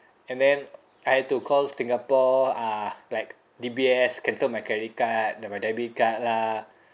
and then I had to call singapore uh like D_B_S cancel my credit card then my debit card lah